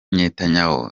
netanyahu